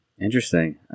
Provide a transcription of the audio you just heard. interesting